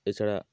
এছাড়া